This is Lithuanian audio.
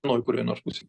vienoj kurioj nors pusei